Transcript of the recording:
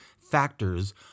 factors